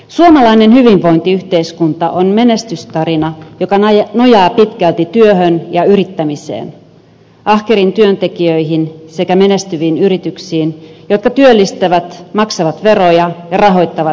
suomalainen hyvinvointiyhteiskunta on menestystarina joka nojaa pitkälti työhön ja yrittämiseen ahkeriin työntekijöihin sekä menestyviin yrityksiin jotka työllistävät maksavat veroja ja rahoittavat hyvinvointipalveluja